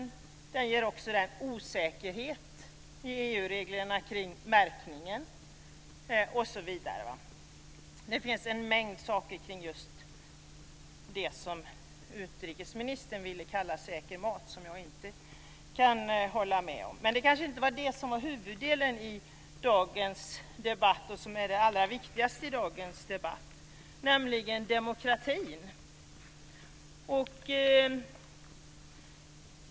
EU-reglerna ger också osäkerhet kring märkningen osv. Det finns en mängd saker som jag inte kan hålla med om när det gäller det som utrikesministern kallar säker mat. Men det var kanske inte det som var huvudsaken i dagens debatt. Det viktigaste i dagens debatt är demokratin.